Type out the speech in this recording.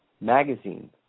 Magazine